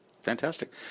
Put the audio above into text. Fantastic